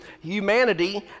humanity